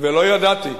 ולא ידעתי.